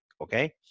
okay